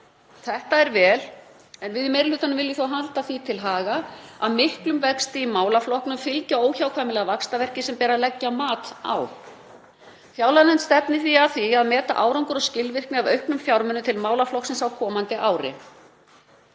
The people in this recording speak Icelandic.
Þetta er vel en við í meiri hlutanum viljum þó halda því til haga að miklum vexti í málaflokknum fylgja óhjákvæmilega vaxtarverkir sem ber að leggja mat á. Fjárlaganefnd stefnir því að því að meta árangur og skilvirkni af auknum fjármunum til málaflokksins á komandi ári.